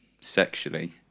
sexually